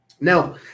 Now